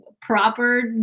proper